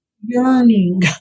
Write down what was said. yearning